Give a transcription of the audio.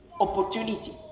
Opportunity